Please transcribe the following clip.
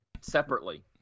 separately